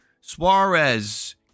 Suarez